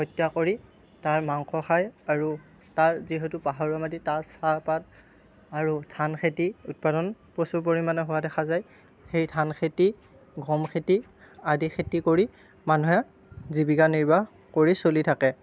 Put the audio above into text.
হত্যা কৰি তাৰ মাংস খাই আৰু তাৰ যিহেতু পাহাৰীয়া মাটিত তাচ চাহ পাত আৰু ধান খেতি উৎপাদন প্ৰচুৰ পৰিমাণে হোৱা দেখা যায় সেই ধান খেতি গোম খেতি আদি খেতি কৰি মানুহে জীৱিকা নিৰ্বাহ কৰি চলি থাকে